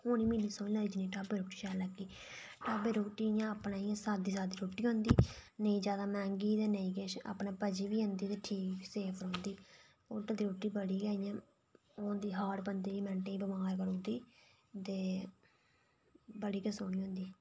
ओह् निं गलदी मिगी ढाबे पर रुट्टी शैल लगदी ढाबे पर इं'या अपने इंया सादी सादी रुट्टी होंदी नेईं जादै मैहंगी ते नेईं किश अपने इं'या ठीक सेफ रौहंदी होटल दी रुट्टी ओह् इं'या हार्ड बंदे गी मिन्टें च बमार करू दी ते बड़ी गै सोहनी होंदी